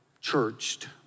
churched